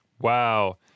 wow